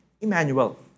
Emmanuel